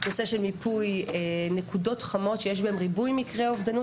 נושא של מיפוי נקודות חמות שיש בהן ריבוי מקרי אובדנות.